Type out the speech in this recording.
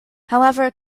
however